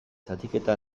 zatiketa